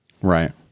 Right